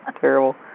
terrible